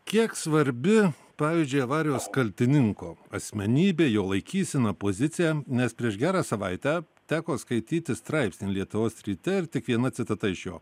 kiek svarbi pavyzdžiui avarijos kaltininko asmenybė jo laikysena pozicija nes prieš gerą savaitę teko skaityti straipsnį lietuvos ryte ir tik viena citata iš jo